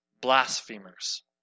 blasphemers